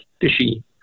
fishy